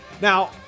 now